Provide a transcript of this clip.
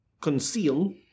conceal